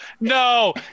no